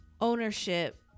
ownership